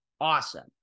awesome